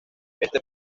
este